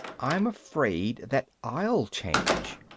i'm afraid that i'll change,